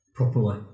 properly